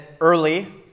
early